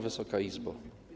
Wysoka Izbo!